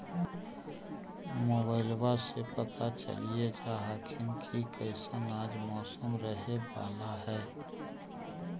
मोबाईलबा से पता चलिये जा हखिन की कैसन आज मौसम रहे बाला है?